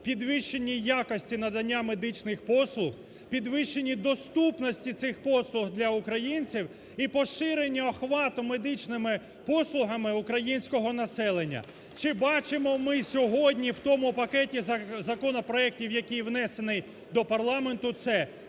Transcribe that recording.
підвищенні якості надання медичних послуг; підвищенні доступності цих послуг для українців і поширення охвату медичними послугами українського населення. Чи бачимо ми сьогодні в тому пакеті законопроектів, який внесений до парламенту, це?